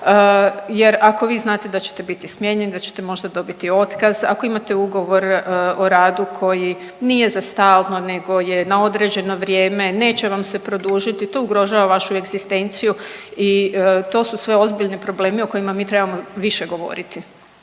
jer ako vi znate da ćete biti smijenjeni, da ćete možda dobiti otkaz, ako imate ugovor o radu koji nije za stalno nego je na određeno vrijeme, neće vam se produžiti, to ugrožava vašu egzistenciju i to su sve ozbiljni problemi o kojima mi trebamo više govoriti.